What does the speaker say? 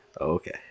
Okay